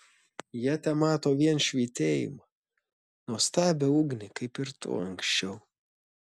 jie temato vien švytėjimą nuostabią ugnį kaip ir tu anksčiau